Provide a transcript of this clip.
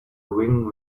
ring